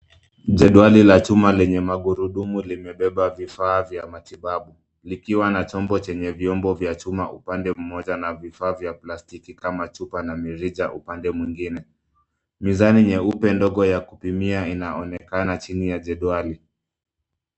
Jedwali la chuma lenye magurudumu limebeba vifaa vya matibabu likiwa na chombo chenye vyombo vya chuma upande mmoja na vifaa vya plastiki kama chupa na mirija upande mwingine. Mizani nyeupe ndogo ya kupimia inaonekana chini ya jedwali.